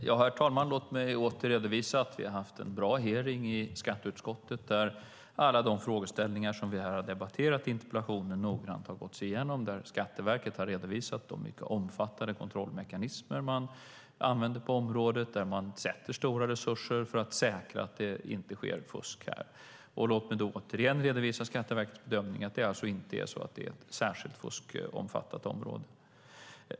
Herr talman! Låt mig åter redovisa att vi har haft en bra hearing i skatteutskottet där alla de frågor som vi har debatterat med anledning av den här interpellationen noggrant har gåtts igenom. Skatteverket har redovisat de mycket omfattande kontrollmekanismer som används på området. Man sätter in stora resurser för att säkra att det inte ska förekomma fusk. Låt mig åter påminna om Skatteverkets bedömning att detta inte är ett särskilt fuskomfattat område.